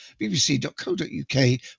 bbc.co.uk